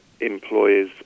employers